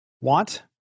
want